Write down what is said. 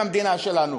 במדינה שלנו.